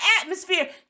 atmosphere